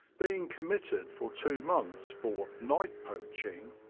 being committed for two months for night poaching,